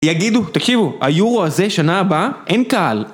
יגידו, תקשיבו, היורו הזה שנה הבאה אין קהל